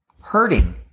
hurting